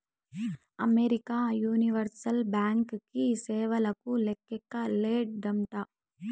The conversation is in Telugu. అమెరికా యూనివర్సల్ బ్యాంకీ సేవలకు లేక్కే లేదంట